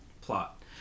plot